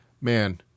man